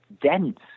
dense